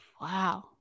Wow